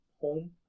home